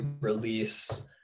release